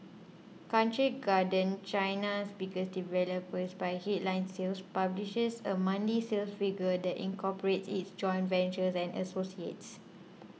Country Garden China's biggest developer by headline sales publishes a monthly sales figure that incorporates its joint ventures and associates